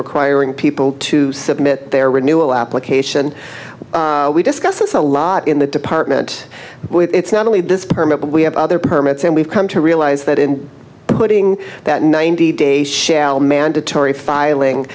requiring people to submit their renewal application we discuss this a lot in the department it's not only this permit but we have other permits and we've come to realize that in putting that ninety days shall mandatory